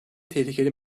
tehlikeli